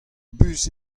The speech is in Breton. bus